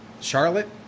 Charlotte